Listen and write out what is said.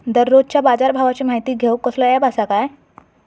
दररोजच्या बाजारभावाची माहिती घेऊक कसलो अँप आसा काय?